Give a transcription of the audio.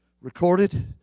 recorded